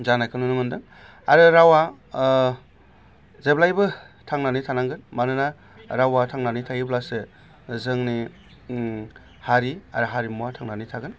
जानायखौ नुनो मोनदों आरो रावआ जेब्लायबो थांनानै थानांगो मानोना रावआ थांनानै थायोब्लासो जोंनि हारि आरो हारिमुआ थांनानै थागोन